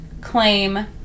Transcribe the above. claim